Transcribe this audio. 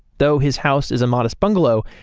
though his house is a modest bungalow,